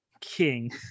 king